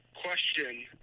Question